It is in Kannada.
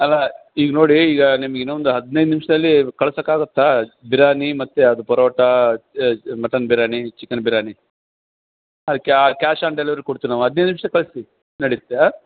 ಅಲ್ಲಾ ಈಗ ನೋಡಿ ಈಗ ನಿಮ್ಗೆ ಇನ್ನೊಂದು ಹದಿನೈದು ನಿಮಿಷ್ದಲ್ಲಿ ಕಳ್ಸೋಕೆ ಆಗುತ್ತಾ ಬಿರಾನಿ ಮತ್ತೆ ಅದು ಪರೋಟಾ ಮಟನ್ ಬಿರ್ಯಾನಿ ಚಿಕನ್ ಬಿರ್ಯಾನಿ ಅದು ಕ್ಯಾಶ್ ಆನ್ ಡೆಲಿವರಿ ಕೊಡ್ತಿವಿ ನಾವು ಹದಿನೈದು ನಿಮಿಷ ಕಳಿಸಿ ನಡೆಯುತ್ತೇ